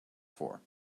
for